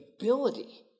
ability